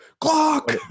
Clock